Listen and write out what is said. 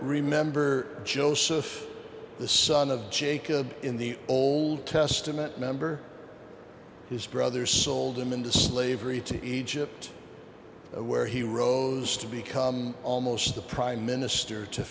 remember joseph the son of jacob in the old testament member his brother sold him into slavery to egypt where he rose to become almost the prime minister to